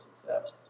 success